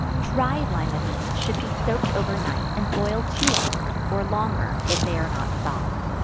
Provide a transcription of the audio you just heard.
dried lima beans should be soaked over night, and boiled two hours or longer, if they are not soft.